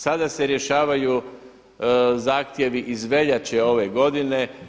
Sada se rješavaju zahtjevi iz veljače ove godine.